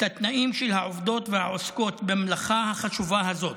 ואת התנאים של העובדות והעוסקות במלאכה החשובה הזאת.